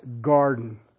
garden